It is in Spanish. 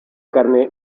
carne